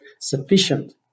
Sufficient